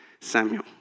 Samuel